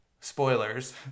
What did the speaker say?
Spoilers